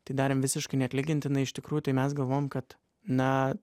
tai darėm visiškai neatlygintinai iš tikrųjų tai mes galvojom kad na